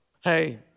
hey